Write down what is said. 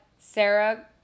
Sarah